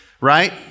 right